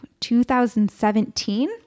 2017